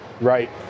right